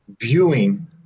viewing